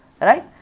right